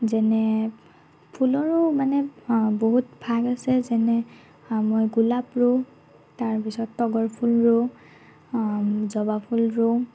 যেনে ফুলৰো মানে বহুত ভাগ আছে যেনে মই গোলাপ ৰুওঁ তাৰপিছত তগৰফুল ৰুওঁ জবাফুল ৰুওঁ